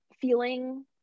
feeling